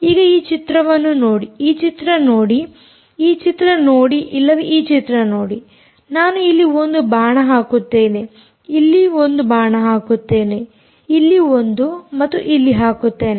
ಈಗ ಈ ಚಿತ್ರವನ್ನು ನೋಡಿ ಈ ಚಿತ್ರ ನೋಡಿಈ ಚಿತ್ರ ನೋಡಿ ಇಲ್ಲವೇ ಈ ಚಿತ್ರ ನೋಡಿ ನಾನು ಇಲ್ಲಿ ಒಂದು ಬಾಣ ಹಾಕುತ್ತೇನೆ ಇಲ್ಲಿ ಒಂದು ಬಾಣ ಹಾಕುತ್ತೇನೆ ಇಲ್ಲಿ ಒಂದು ಮತ್ತು ಇಲ್ಲಿ ಹಾಕುತ್ತೇನೆ